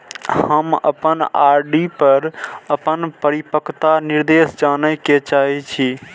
हम अपन आर.डी पर अपन परिपक्वता निर्देश जाने के चाहि छी